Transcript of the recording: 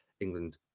England